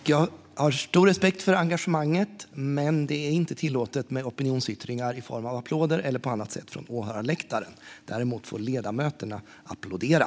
Jag har stor respekt för engagemanget, men det är inte tillåtet med opinionsyttringar från åhörarläktaren i form av applåder eller annat. Däremot får ledamöterna applådera.